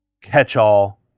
catch-all